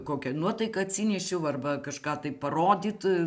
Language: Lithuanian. kokią nuotaiką atsinešiau arba kažką tai parodyt